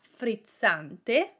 frizzante